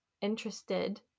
interested